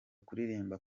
kuririmba